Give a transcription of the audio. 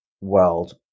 world